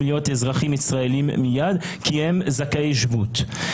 להיות מיד אזרחים ישראלים כי הם זכאי שבות.